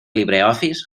libreoffice